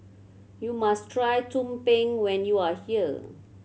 you must try tumpeng when you are here